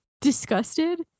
disgusted